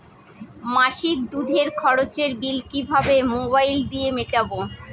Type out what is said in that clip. মাসিক দুধের খরচের বিল কিভাবে মোবাইল দিয়ে মেটাব?